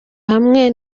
hamwe